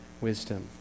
wisdom